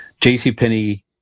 JCPenney